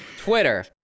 Twitter